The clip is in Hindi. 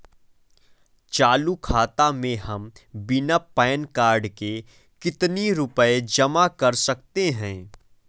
चालू खाता में हम बिना पैन कार्ड के कितनी रूपए जमा कर सकते हैं?